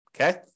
Okay